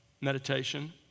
meditation